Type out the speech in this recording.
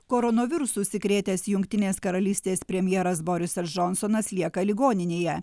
koronavirusu užsikrėtęs jungtinės karalystės premjeras borisas džonsonas lieka ligoninėje